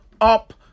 up